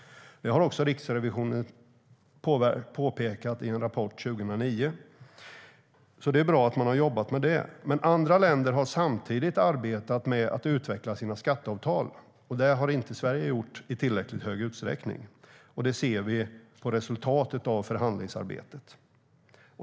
Det påpekade Riksrevisionen i en rapport från 2009. Det är bra att vi har jobbat med dem. Men andra länder har samtidigt arbetat med att utveckla sina skatteavtal, och det har Sverige inte gjort i tillräckligt stor utsträckning. Det ser vi på resultatet av förhandlingsarbetet.